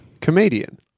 Comedian